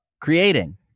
creating